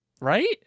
right